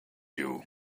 you